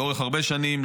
לאורך הרבה שנים,